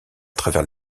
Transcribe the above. travers